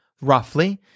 roughly